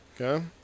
Okay